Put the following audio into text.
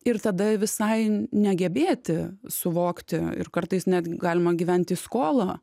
ir tada visai negebėti suvokti ir kartais net galima gyvent į skolą